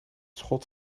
schot